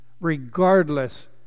Regardless